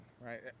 Right